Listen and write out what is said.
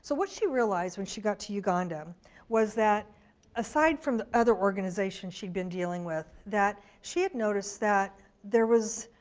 so what she realized when she got to uganda was that aside from the other organization she'd been dealing with, that she had noticed that there was,